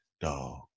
dog